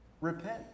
repent